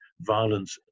violence